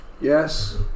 Yes